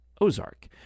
Ozark